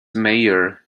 mayor